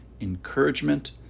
encouragement